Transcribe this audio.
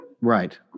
Right